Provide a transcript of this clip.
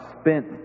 spent